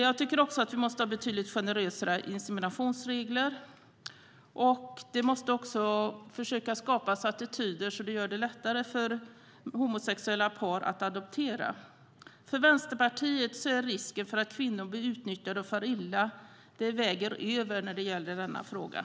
Jag tycker också att vi måste ha betydligt generösare inseminationsregler. Man måste även försöka skapa attityder som gör det lättare för homosexuella par att adoptera. När det gäller frågan om surrogatmoderskap väger risken för att kvinnor blir utnyttjade och far illa över för Vänsterpartiet.